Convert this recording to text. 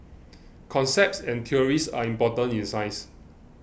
concepts and theories are important in science